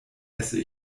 esse